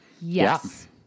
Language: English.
Yes